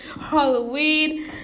Halloween